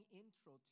intro